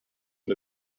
and